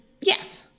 yes